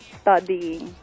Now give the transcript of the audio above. studying